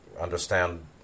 understand